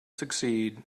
succeed